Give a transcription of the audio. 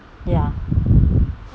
ya